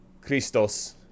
christos